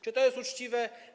Czy to jest uczciwe?